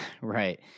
Right